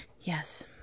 Yes